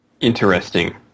Interesting